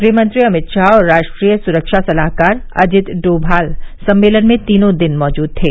गृह मंत्री अमित शाह और राष्ट्रीय सुरक्षा सलाहकार अजित डोगाल सम्मेलन में तीनों दिन मौजूद थे